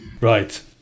Right